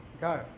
Go